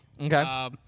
Okay